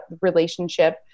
relationship